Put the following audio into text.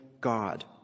God